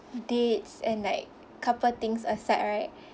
dates and like couple things aside right